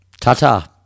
Ta-ta